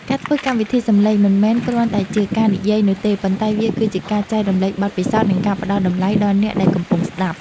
ការធ្វើកម្មវិធីសំឡេងមិនមែនគ្រាន់តែជាការនិយាយនោះទេប៉ុន្តែវាគឺជាការចែករំលែកបទពិសោធន៍ និងការផ្តល់តម្លៃដល់អ្នកដែលកំពុងស្តាប់។